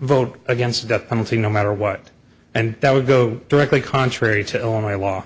vote against the death penalty no matter what and that would go directly contrary to all my law